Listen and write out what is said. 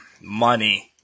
money